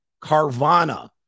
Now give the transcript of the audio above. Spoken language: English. Carvana